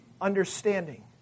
understanding